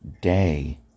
day